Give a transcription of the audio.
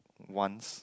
once